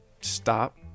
stop